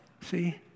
See